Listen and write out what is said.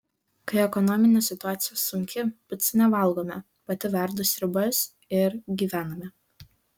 kai ekonominė situacija sunki picų nevalgome pati verdu sriubas ir gyvename